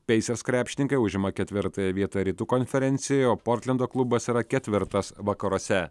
pacers krepšininkai užima ketvirtąją vietą rytų konferencijoje o portlendo klubas yra ketvirtas vakaruose